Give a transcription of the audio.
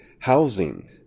housing